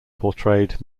portrayed